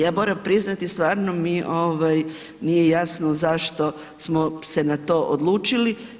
Ja moram priznati stvarno mi ovaj nije jasno zašto smo se na to odlučili.